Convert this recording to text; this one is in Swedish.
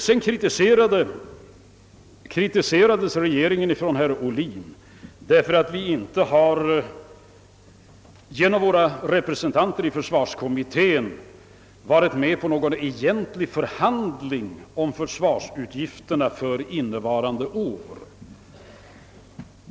Sedan kritiserade herr Ohlin regeringen för att vi inte genom våra representanter i försvarskommittén hade varit med på någon egentlig förhandling om försvarsutgifterna för innevarande år.